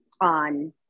on